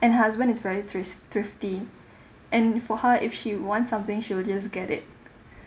and husband is very thri~ thrifty and for her if she wants something she will just get it